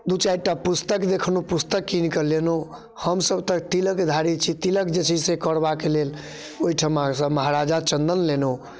दू चारि टा पुस्तक देखलहुँ पुस्तक कीन कऽ लेलहुँ हमसभ तऽ तिलकधारी छी तिलक जे छै से करबाक लेल ओहिठमासँ महाराजा चन्दन लेलहुँ